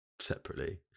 separately